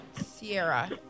Sierra